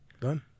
Done